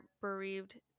bereaved